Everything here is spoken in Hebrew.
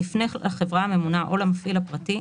יפנה לחברה הממונה או למפעיל הפרטי,